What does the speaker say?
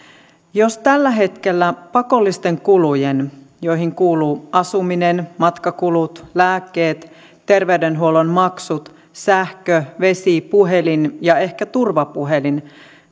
jos tällä hetkellä pakollisten kulujen joihin kuuluvat asuminen matkakulut lääkkeet terveydenhuollon maksut sähkö vesi puhelin ja ehkä turvapuhelin